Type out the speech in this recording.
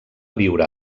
viure